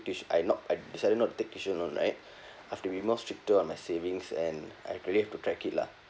tuit~ I not I decided not take tuition loan right have to be more stricter on my savings and I really have to track it lah